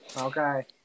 Okay